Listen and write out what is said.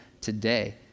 today